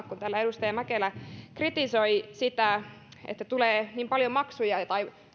kun täällä edustaja mäkelä kritisoi sitä että tulee niin paljon maksuja tai